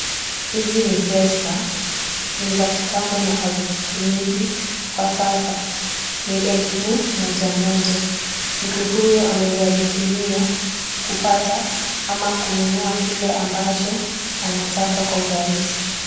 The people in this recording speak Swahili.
Hizi ni pesa na za kitambo na hazitumiki kwa sasa, ni elfu moja moja. Mtu huya anaweza zitumia kupata au kununua kile ambacho anakitaka kwa urahisi.